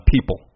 people